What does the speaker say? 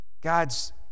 God's